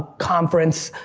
conference,